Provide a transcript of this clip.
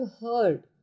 heard